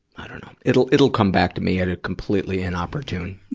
i dunno. it'll, it'll come back to me at a completely inopportune,